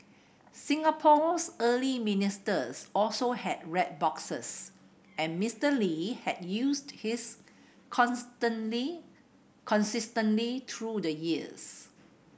Singapore's early ministers also had red boxes and Mister Lee had used his consistently through the years